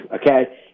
Okay